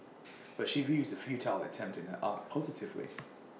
but she views the futile attempt in her art positively